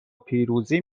پیروزی